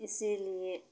इसीलिए